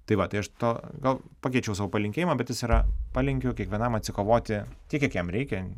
tai va tai aš to gal pakeičiau savo palinkėjimą bet jis yra palinkiu kiekvienam atsikovoti tiek kiek jam reikia